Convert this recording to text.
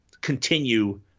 continue